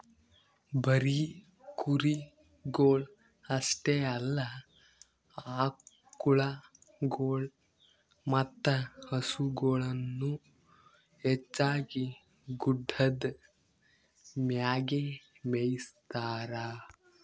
ಬರೀ ಕುರಿಗೊಳ್ ಅಷ್ಟೆ ಅಲ್ಲಾ ಆಕುಳಗೊಳ್ ಮತ್ತ ಹಸುಗೊಳನು ಹೆಚ್ಚಾಗಿ ಗುಡ್ಡದ್ ಮ್ಯಾಗೆ ಮೇಯಿಸ್ತಾರ